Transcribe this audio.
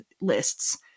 lists